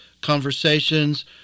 conversations